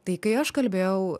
tai kai aš kalbėjau